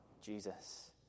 Jesus